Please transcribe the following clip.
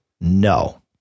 no